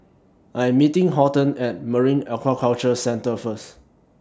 I Am meeting Horton At Marine Aquaculture Centre First